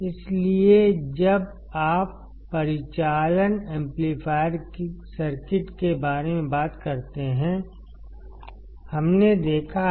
इसलिए जब आप परिचालन एम्पलीफायर सर्किट के बारे में बात करते हैं हमने क्या देखा है